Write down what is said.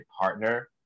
partner